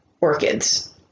orchids